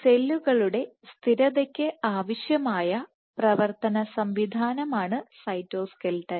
സെല്ലുകളുടെ സ്ഥിരതയ്ക്ക് ആവശ്യമായ പ്രവർത്തനസംവിധാനമാണ് സൈറ്റോസ്ക്ലെട്ടൺ